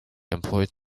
employed